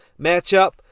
matchup